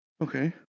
Okay